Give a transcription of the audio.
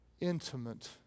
intimate